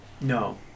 no